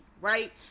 right